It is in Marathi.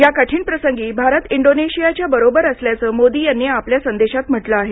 या कठीण प्रसंगी भारत इंडोनेशियाच्या बरोबर असल्याचं मोदी यांनी आपल्या संदेशात म्हटलं आहे